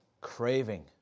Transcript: craving